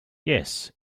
yes